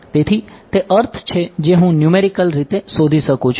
તેથી તે અર્થ છે જે હું ન્યૂમેરિકલ રીતે શોધી શકું છું